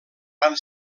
van